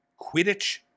Quidditch